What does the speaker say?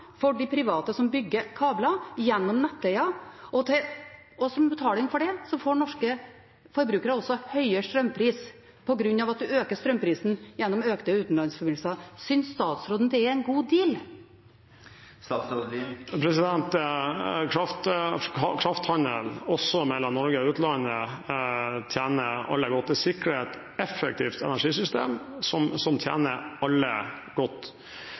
for de private som bygger kabler, gjennom nettleien. Som betaling for det får norske forbrukere også høyere strømpris, på grunn av at en øker strømprisen gjennom økte utenlandsforbindelser. Synes statsråden at det er en god deal? Krafthandel – også den mellom Norge og utlandet – tjener alle godt. Den sikrer et effektivt energisystem som tjener alle godt.